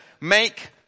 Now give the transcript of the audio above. make